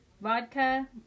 vodka